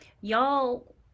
y'all